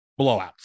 blowouts